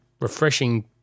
refreshing